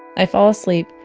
i fall asleep,